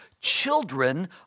children